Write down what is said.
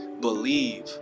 believe